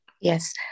yes